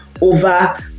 over